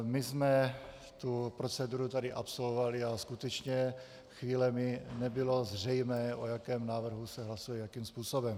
My jsme proceduru tady absolvovali a skutečně chvílemi nebylo zřejmé, o jakém návrhu se hlasuje, jakým způsobem.